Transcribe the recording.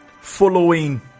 following